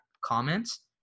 comments